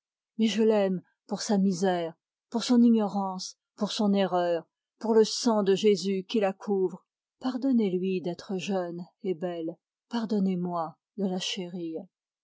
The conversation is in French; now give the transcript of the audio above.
mais je l'aime pour sa misère pour son ignorance pour son erreur pour le sang de jésus qui la couvre pardonnez-lui d'être jeune et belle pardonnez-moi de la chérir